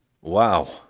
wow